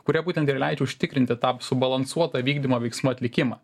kurie būtent ir leidžia užtikrinti tą subalansuotą vykdymo veiksmų atlikimą